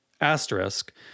asterisk